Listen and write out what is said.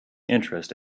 interest